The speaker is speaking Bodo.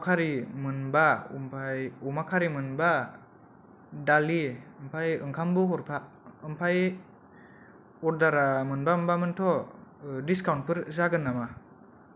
दाव कारि मोनबा आमफाय अमा कारि मोनबा दालि आमफाय ओंखामबो हरफा आमफाय अरदारा मोनबा मोन थ' दिजकावन्ट फोर जागोन नामा